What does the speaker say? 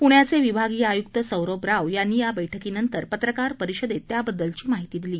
प्ण्याचे विभागीय आयुक्त सौरभ राव यांनी बैठकीनंतर पत्रकार परिषदेत त्याबद्दलची माहिती दिली